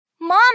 Mom